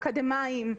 אקדמאים,